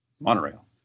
Monorail